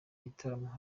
gitaramo